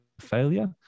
failure